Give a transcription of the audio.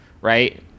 right